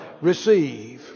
receive